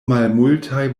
malmultaj